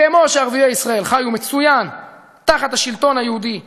כמו שערביי ישראל חיו מצוין תחת השלטון היהודי ב-1948,